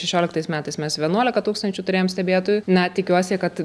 šešioliktais metais mes vienuolika tūkstančių turėjom stebėtojų na tikiuosi kad